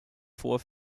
vor